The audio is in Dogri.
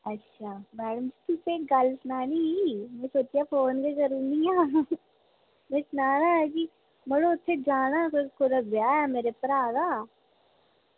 अच्छा मैडम जी तुसें गी गल्ल सनानी ही में सोचेआ फोन गै करी ओड़नी आं में सनाना हा की मड़ो उत्थें जाना हा ब्याह् हा मेरे भ्राऽ दा